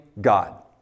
God